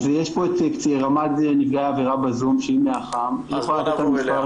אז יש פה את רמ"ד נפגעי עבירה בזום שהיא מ --- אז ברשותך,